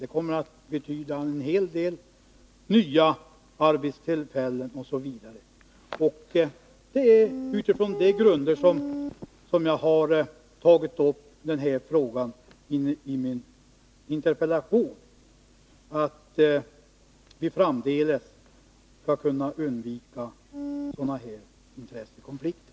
Det kommer att betyda en hel del nya arbetstillfällen osv. Det är på dessa grunder jag har tagit upp den här frågan i min interpellation, för att vi framdeles skall kunna undvika sådana här intressekonflikter.